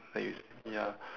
like you s~ ya